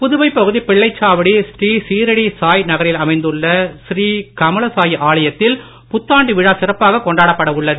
புதுவை பகுதி பிள்ளைச்சாவடி ஸ்ரீசீரடி சாய் நகரில் அமைந்துள்ள ஸ்ரீகமல சாயி ஆலயத்தில் புத்தாண்டு விழா சிறப்பாக கொண்டாடப்பட உள்ளது